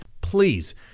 Please